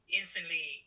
instantly